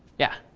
yeah?